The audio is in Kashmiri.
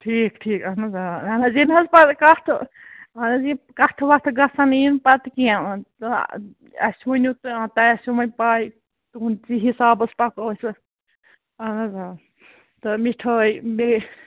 ٹھیٖک ٹھیٖک اَہَن حظ آ اَہَن حظ یِنہٕ حظ پَتہٕ کَتھٕ اَہَن حظ یہِ کَتھٕ وَتھٕ گژھن یِنۍ پَتہٕ کیٚنٛہہ تہٕ اَسہِ ؤنِو تۄہہِ آسٮ۪و وۅنۍ پَے تُہُنٛد حِسابَس پَکو أسۍ اَہَن حظ آ تہٕ مِٹھٲے بیٚیہِ